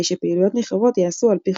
כדי שפעילויות נרחבות ייעשו ע"פ חוק.